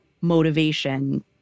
motivation